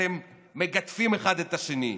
אתם מגדפים אחד את השני.